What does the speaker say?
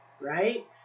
right